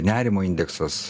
nerimo indeksas